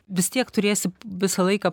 vis tiek turėsi visą laiką